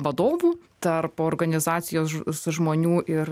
vadovų tarp organizacijos su žmonių ir